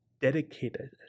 dedicated